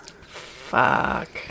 Fuck